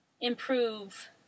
improve